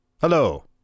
hello